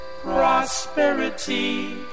Prosperity